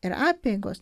ir apeigos